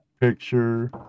picture